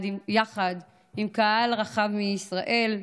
יחד עם קהל רחב מישראל,